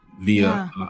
via